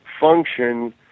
function